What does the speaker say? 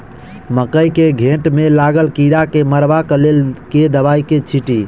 मकई केँ घेँट मे लागल कीड़ा केँ मारबाक लेल केँ दवाई केँ छीटि?